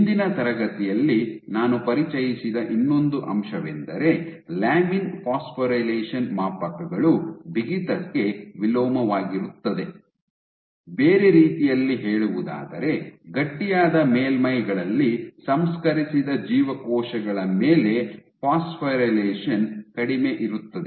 ಹಿಂದಿನ ತರಗತಿಯಲ್ಲಿ ನಾನು ಪರಿಚಯಿಸಿದ ಇನ್ನೊಂದು ಅಂಶವೆಂದರೆ ಲ್ಯಾಮಿನ್ ಫಾಸ್ಫೊರಿಲೇಷನ್ ಮಾಪಕಗಳು ಬಿಗಿತಕ್ಕೆ ವಿಲೋಮವಾಗಿರುತ್ತದೆ ಬೇರೆ ರೀತಿಯಲ್ಲಿ ಹೇಳುವುದಾದರೆ ಗಟ್ಟಿಯಾದ ಮೇಲ್ಮೈಗಳಲ್ಲಿ ಸಂಸ್ಕರಿಸಿದ ಜೀವಕೋಶಗಳ ಮೇಲೆ ಫಾಸ್ಫೊರಿಲೇಷನ್ ಕಡಿಮೆ ಇರುತ್ತದೆ